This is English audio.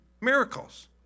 miracles